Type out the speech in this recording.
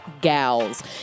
gals